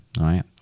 right